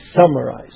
summarize